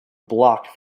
blocked